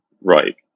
Right